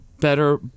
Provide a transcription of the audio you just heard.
better